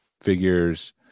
figures